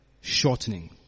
shortening